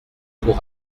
pour